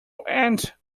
went